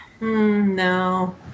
No